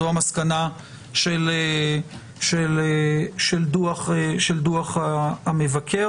זו המסקנה של דוח המבקר.